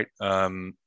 right